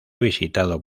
visitado